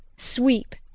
sweep,